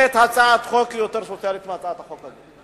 הצעת חוק יותר סוציאלית מהצעת החוק הזאת,